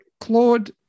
Claude